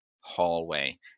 hallway